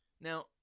Now